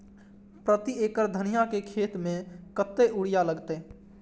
प्रति एकड़ धनिया के खेत में कतेक यूरिया लगते?